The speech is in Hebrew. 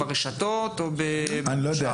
ברשתות או --- אני לא יודע,